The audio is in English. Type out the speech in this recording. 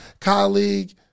colleague